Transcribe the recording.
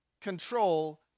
control